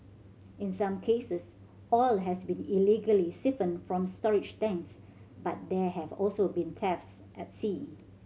in some cases oil has been illegally siphoned from storage tanks but there have also been thefts at sea